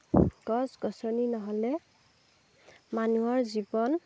গছ গছনি নহ'লে মানুহৰ জীৱন